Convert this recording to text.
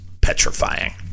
petrifying